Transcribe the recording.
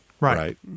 Right